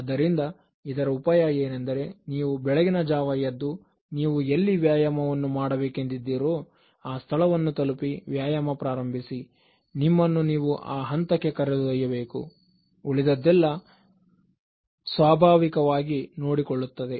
ಆದ್ದರಿಂದ ಇದರ ಉಪಾಯ ಏನೆಂದರೆ ನೀವು ಬೆಳಗಿನ ಜಾವ ಎದ್ದು ನೀವು ಎಲ್ಲಿ ವ್ಯಾಯಾಮವನ್ನು ಮಾಡಬೇಕೆಂದಿದ್ದೀರೋ ಆ ಸ್ಥಳವನ್ನು ತಲುಪಿ ವ್ಯಾಯಾಮ ಪ್ರಾರಂಭಿಸಿ ನಿಮ್ಮನ್ನು ನೀವು ಆ ಹಂತಕ್ಕೆ ಕರೆದೊಯ್ಯಬೇಕು ಉಳಿದದ್ದೆಲ್ಲ ಸ್ವಾಭಾವಿಕವಾಗಿ ನೋಡಿಕೊಳ್ಳುತ್ತದೆ